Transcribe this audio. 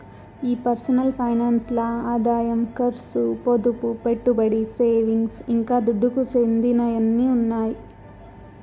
ఈ personal finance ల్ల ఆదాయం కర్సు, పొదుపు, పెట్టుబడి, సేవింగ్స్, ఇంకా దుడ్డుకు చెందినయ్యన్నీ ఉండాయి